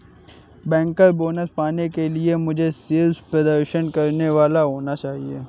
banker bonus पाने के लिए मुझे शीर्ष प्रदर्शन करने वाला होना चाहिए